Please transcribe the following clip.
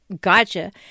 gotcha